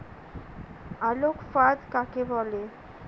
আলোক ফাঁদ কাকে বলে?